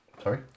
Sorry